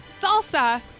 salsa